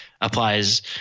applies